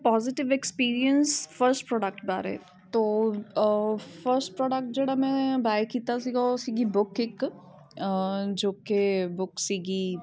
positive experience first product ਬਾਰੇ ਤੋ first product ਜਿਹੜਾ ਮੈਂ ਬਾਏ ਕੀਤਾ ਸੀਗਾ ਉਹ ਸੀਗੀ ਬੁੱਕ ਇੱਕ ਜੋ ਕਿ ਬੁੱਕ ਸੀਗੀ